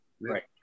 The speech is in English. Right